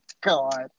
God